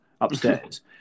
upstairs